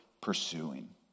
pursuing